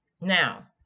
Now